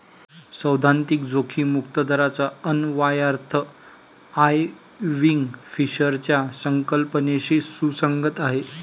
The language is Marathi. सैद्धांतिक जोखीम मुक्त दराचा अन्वयार्थ आयर्विंग फिशरच्या संकल्पनेशी सुसंगत आहे